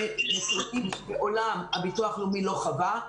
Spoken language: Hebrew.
מספרים שמעולם הביטוח הלאומי לא חווה.